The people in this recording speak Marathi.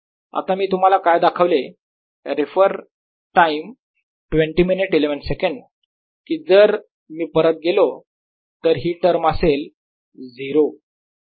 आता मी तुम्हाला काय दाखवले रेफर टाईम 2011 कि जर मी परत गेलो तर ही टर्म असेल 0